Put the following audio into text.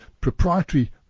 proprietary